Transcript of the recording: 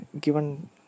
given